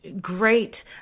great